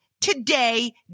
today